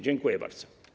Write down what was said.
Dziękuję bardzo.